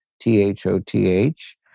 T-H-O-T-H